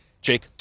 Jake